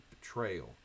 betrayal